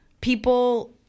people